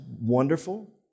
wonderful